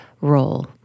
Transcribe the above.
role